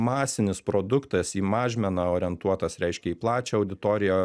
masinis produktas į mažmeną orientuotas reiškia į plačią auditoriją